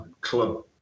club